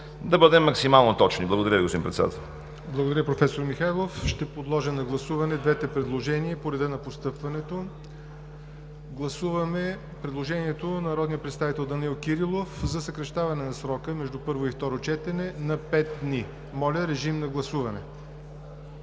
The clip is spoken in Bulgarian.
да бъдем максимално точни. Благодаря Ви. ПРЕДСЕДАТЕЛ ЯВОР НОТЕВ: Благодаря, професор Михайлов. Ще подложа на гласуване двете предложения по реда на постъпването. Гласуваме предложението на народния представител Данаил Кирилов за съкращаване на срока между първо и второ четене на пет дни. Гласували